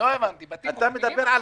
מדבר על